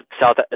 South